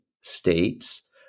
states